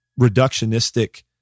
reductionistic